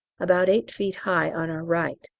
about eight feet high on our right.